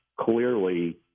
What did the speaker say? clearly